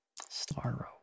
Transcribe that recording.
Starro